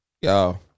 Yo